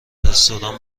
رستوران